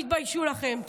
תתביישו לכם.